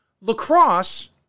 Lacrosse